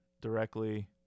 directly